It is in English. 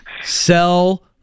Sell